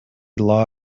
law